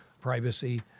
privacy